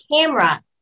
camera